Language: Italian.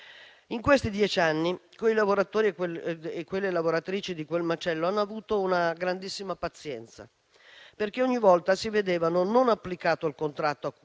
In questi dieci anni i lavoratori e le lavoratrici di quel macello hanno avuto una grandissima pazienza, perché ogni volta si vedevano non applicati né il contratto che